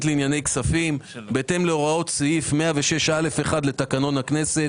לענייני כספים בהתאם להוראות סעיף 106(א)(1) לתקנון הכנסת.